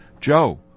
Joe